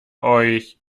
euch